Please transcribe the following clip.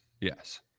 yes